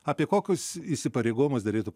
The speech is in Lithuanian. apie kokius įsipareigojimus derėtų